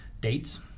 dates